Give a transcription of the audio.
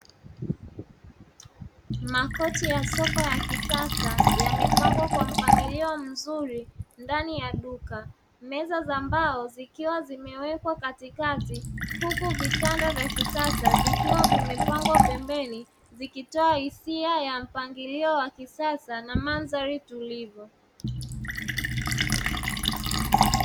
Makochi ya sofa ya kisasa yamepangwa kwa mpangilio mzuri ndani ya duka, meza za mbao zikiwa zimewekwa katikati huku vitanda vya kisasa vikiwa vimepangwa pembeni, zikitoa hisia ya mpangilio wa kisasa na mandhari tulivu.